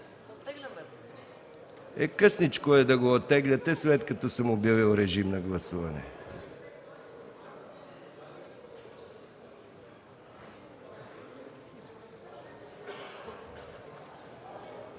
Късничко е да го оттегляте, след като съм обявил режим на гласуване.